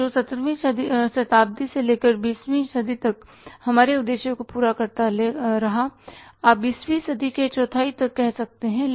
और जो सत्रह वीं शताब्दी से लेकर बीसवीं सदी तक हमारे उद्देश्य को पूरा करता रहा आप बीसवीं सदी के चौथाई तक कह सकते हैं